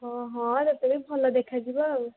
ହଁ ହଁ ତୋତେ ବି ଭଲ ଦେଖାଯିବ ଆଉ